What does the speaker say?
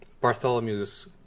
Bartholomew's